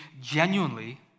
genuinely